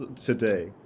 today